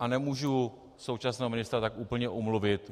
A nemůžu současného ministra tak úplně omluvit.